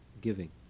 giving